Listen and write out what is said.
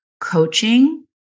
coaching